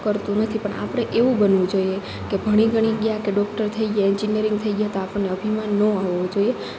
કરતું નથી પણ આપણે એવું બનવું જોઈએ કે ભણી ગણી ગયા કે ડૉક્ટર થઈ ગયા એન્જિનિયરિંગ થઈ ગયા તો આપણને અભિમાન ન આવવું જોઈએ